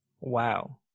Wow